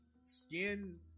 skin